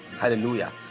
hallelujah